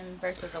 versus